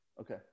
Okay